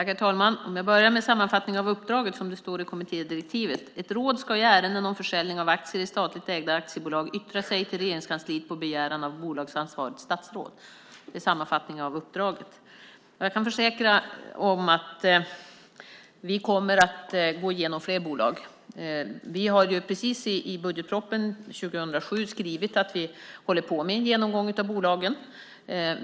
Herr talman! Jag börjar med sammanfattningen av uppdraget som det står i kommittédirektivet: Ett råd ska i ärenden om försäljning av aktier i statligt ägda aktiebolag yttra sig till Regeringskansliet på begäran av bolagsansvarigt statsråd. Det är en sammanfattning av uppdraget. Jag kan försäkra att vi kommer att gå igenom flera bolag. Vi har i budgetpropositionen 2007 skrivit att vi håller på med en genomgång av bolagen.